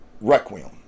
Requiem